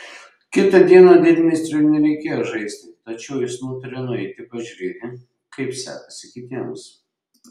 kitą dieną didmeistriui nereikėjo žaisti tačiau jis nutarė nueiti pažiūrėti kaip sekasi kitiems